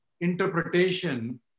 interpretation